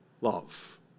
love